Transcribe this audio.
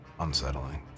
Unsettling